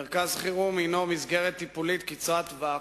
מרכז חירום הינו מסגרת טיפולית קצרת טווח,